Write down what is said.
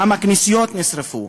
כמה כנסיות נשרפו,